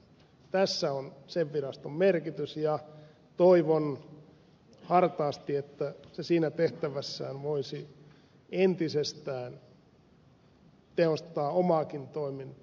tässä on sen viraston merkitys ja toivon hartaasti että se siinä tehtävässään voisi entisestään tehostaa omaakin toimintaansa